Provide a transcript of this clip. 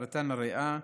סרטן הריאה,